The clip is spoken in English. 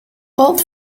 old